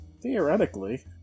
Theoretically